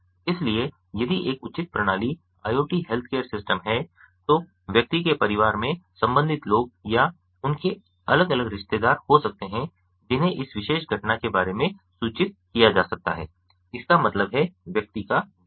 इसलिए यदि एक उचित प्रणाली IoT हेल्थकेयर सिस्टम है तो व्यक्ति के परिवार में संबंधित लोग या उनके अलग अलग रिश्तेदार हो सकते हैं जिन्हें इस विशेष घटना के बारे में सूचित किया जा सकता है इसका मतलब है व्यक्ति का गिरना